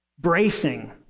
Bracing